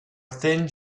thin